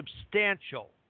substantial